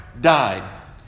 died